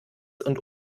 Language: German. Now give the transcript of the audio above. und